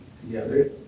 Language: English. together